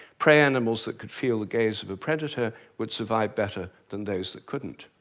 prey animals that could feel the gaze of a predator would survive better than those that couldn't.